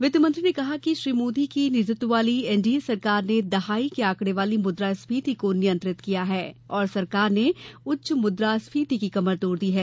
वित्त मंत्री ने कहा कि श्री मोदी के नेतृत्व वाली एनडीए सरकार ने दहाई के आंकड़े वाली मुद्रा स्फीति को नियंत्रित किया है और सरकार ने उच्च मुद्रा स्फीति की कमर तोड़ दी है